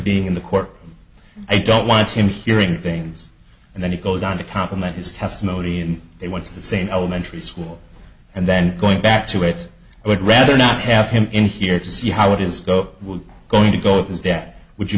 being in the court i don't want him hearing things and then he goes on to compliment his testimony and they went to the same elementary school and then going back to it i would rather not have him in here to see how it is go going to go if his debt would you